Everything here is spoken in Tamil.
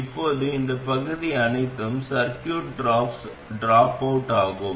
இப்போது இந்த பகுதி அனைத்தும் சர்க்யூட் டிராப்ஸ் அவுட் ஆகும்